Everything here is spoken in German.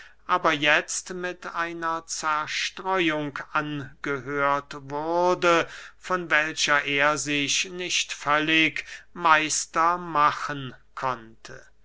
aber jetzt mit einer zerstreuung angehört wurde von welcher er sich nicht völlig meister machen konnte